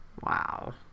Wow